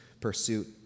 pursuit